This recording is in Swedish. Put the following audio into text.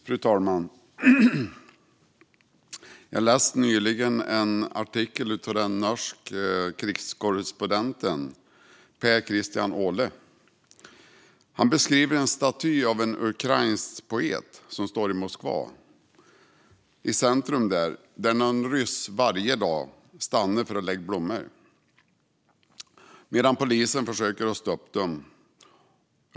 Fru talman! Jag läste nyligen en artikel av den norske krigskorrespondenten Per Kristian Aale. Han beskriver en staty av en ukrainsk poet som står i Moskvas centrum där ryssar varje dag stannar för att lägga blommor medan polisen försöker att stoppa dem.